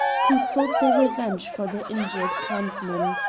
who sought their revenge for their injured clansman.